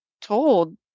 told